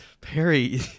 Perry